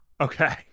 Okay